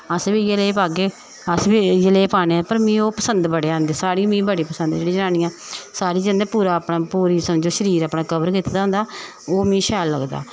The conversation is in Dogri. अस बी इयै लेह पाह्गे अस बी इयै लेह् पाने पर मिगी ओह् पसंद बड़े आंदे साड़ी मिगी बड़ी पसंद जेह्ड़ी जनानियां साड़ी जिन्नै पूरा अपना पूरी समझो शरीर अपना कवर कीते दा होंदा ओह् मिगी शैल लगदा